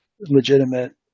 legitimate